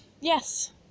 Yes